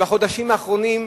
בחודשים האחרונים,